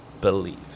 believe